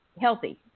healthy